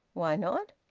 why not?